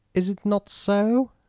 is it not so?